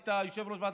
היית יושב-ראש ועדת,